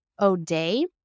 O'Day